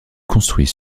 construit